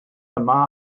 yma